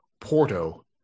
Porto